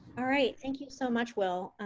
all right, thank you so much, will.